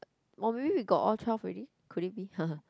or maybe we got all twelve already could it be